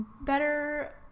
better